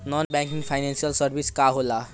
Non banking financial services का होला?